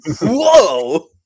Whoa